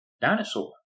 dinosaur